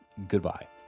Goodbye